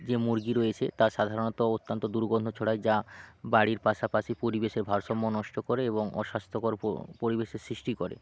যে মুরগি রয়েছে তা সাধারণত অত্যন্ত দুর্গন্ধ ছড়ায় যা বাড়ির পাশাপাশি পরিবেশের ভারসাম্য নষ্ট করে এবং অস্বাস্থ্যকর পরিবেশের সৃষ্টি করে